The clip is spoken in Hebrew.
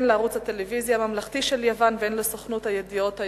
הן לערוץ הטלוויזיה הממלכתי של יוון והן לסוכנות הידיעות היוונית.